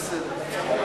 זה בסדר.